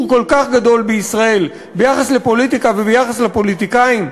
כל כך גדול בישראל ביחס לפוליטיקה וביחס לפוליטיקאים,